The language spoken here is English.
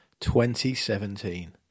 2017